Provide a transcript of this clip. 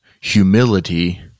humility